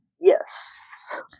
Yes